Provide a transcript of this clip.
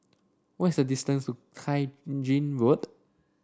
what is the distance to Tai Gin Road